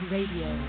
Radio